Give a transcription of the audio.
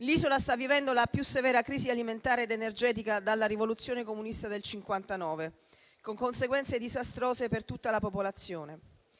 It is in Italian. L'Isola sta vivendo la più severa crisi alimentare ed energetica dalla rivoluzione comunista del 1959, con conseguenze disastrose per tutta la popolazione.